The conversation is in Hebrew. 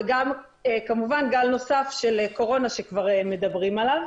וגם כמובן, גל נוסף של קורונה שכבר מדברים עליו.